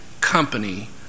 company